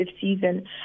season